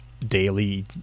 daily